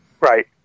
Right